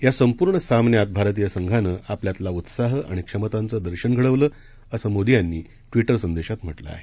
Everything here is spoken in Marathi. या संपूर्ण सामन्यात भारतीय संघानं आपल्यातला उत्साह आणि क्षमतांचं दर्शन घडवलं असं मोदी यांनी आपल्या टविटर संदेशात म्हटलं आहे